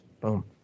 Boom